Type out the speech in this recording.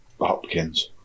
Hopkins